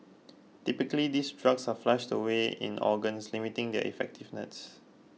typically these drugs are flushed away in organs limiting their effectiveness